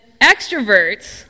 extroverts